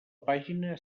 pàgina